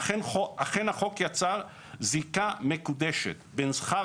אכן החוק הנ"ל יצר זיקה מקודשת בין שכר